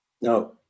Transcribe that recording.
No